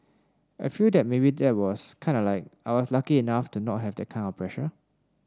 I feel that maybe that was kind of like I was lucky enough to not have that kind of pressure